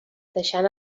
deixant